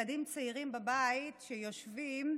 ילדים צעירים בבית שיושבים,